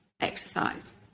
exercise